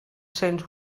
cents